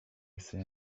said